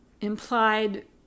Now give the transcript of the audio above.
implied